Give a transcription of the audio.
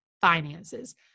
finances